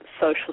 social